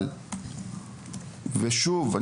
ושוב,